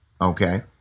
okay